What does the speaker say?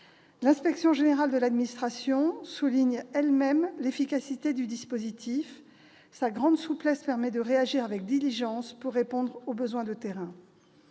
L'inspection générale de l'administration souligne elle-même l'efficacité du dispositif : sa grande souplesse permet de réagir avec diligence pour répondre aux besoins de terrain.